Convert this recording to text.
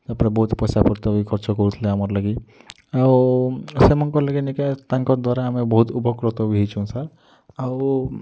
ତା'ପରେ ବହୁତ ପଇସା ପତ୍ର ବି ଖର୍ଚ୍ଚ କରୁଥିଲେ ଆମରି ଲାଗି ଆଉ ସେମାନଙ୍କ ଲାଗି ନିକା ତାଙ୍କ ଦ୍ୱାରା ବହୁତ୍ ଉପକୃତ ବି ହେଇଛୁ ସାର୍ ଆଉ